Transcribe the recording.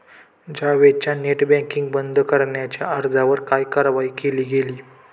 जावेदच्या net banking बंद करण्याच्या अर्जावर काय कारवाई केली गेली?